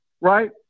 right